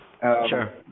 Sure